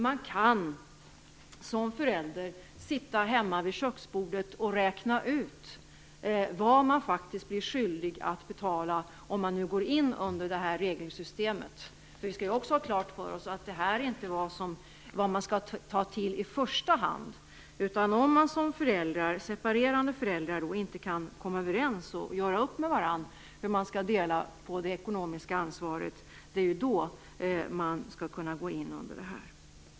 Man kan som förälder sitta hemma vid köksbordet och räkna ut vad man faktiskt blir skyldig att betala - om man nu går in under det här regelsystemet. Vi skall nämligen också ha klart för oss att det inte är det här man skall ta till i första hand. Det är bara om man som separerande föräldrar inte kan komma överens och göra upp med varandra om hur man skall dela på det ekonomiska ansvaret som man skall kunna gå in under det här.